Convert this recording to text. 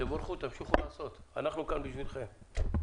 תבורכו ותמשיכו לעשות, אנחנו כאן בשבילכם.